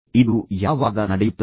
ಇದು ಯಾವಾಗ ನಡೆಯುತ್ತದೆ